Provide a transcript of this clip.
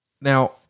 Now